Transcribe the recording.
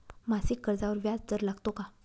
मासिक कर्जावर व्याज दर लागतो का?